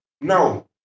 No